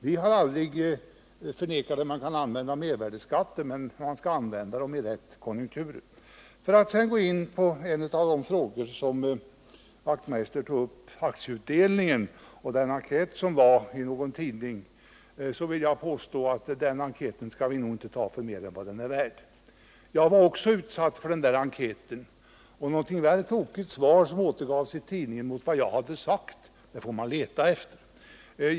Vi har aldrig sagt att man inte skall kunna använda mervärdeskatten för att lösa problemen, men man skall använda den när konjunkturerna är lämpliga för det. För att sedan beröra en av de frågor som Knut Wachtmeister var inne på, nämligen frågan om beskattning av aktieutdelningen och den enkät som var redovisad i någon tidning, vill jag påstå att vi inte skall ta den enkäten för mer än vad den är värd. Också jag var utsatt för den, och något mer missvisande än det som återgavs i tidningen av vad jag hade sagt får man leta efter.